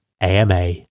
AMA